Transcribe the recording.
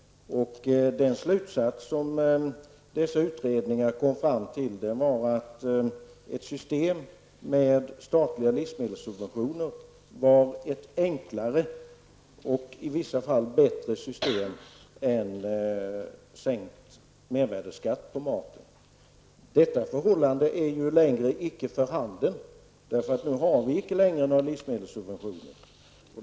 Den slutsats dessa utredningar kom fram till var att ett system med statliga livsmedelssubventioner var ett enklare och i vissa fall bättre system än sänkt mervärdeskatt på maten. Detta förhållande är ju icke längre för handen, för nu har vi icke längre några livsmedelssubventioner.